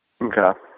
Okay